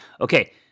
Okay